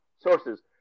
sources